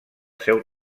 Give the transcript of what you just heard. seu